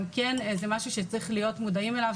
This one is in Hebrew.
אבל זה כן משהו שצריך להיות מודעים אליו